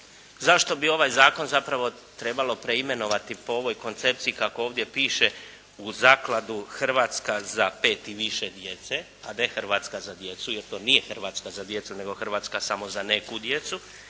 zašto bi ovaj zakon zapravo trebalo preimenovati po ovoj koncepciji, kako ovdje piše, u Zakladu "Hrvatska za pet i više djece", a ne "Hrvatska za djecu", jer to nije "Hrvatska za djecu", nego samo "Hrvatska samo za neku djecu",